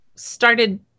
started